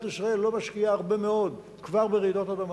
ישראל לא משקיעה כבר הרבה מאוד ברעידות אדמה.